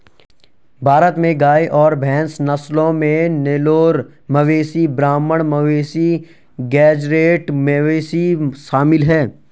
भारत में गाय और भैंस नस्लों में नेलोर मवेशी ब्राह्मण मवेशी गेज़रैट मवेशी शामिल है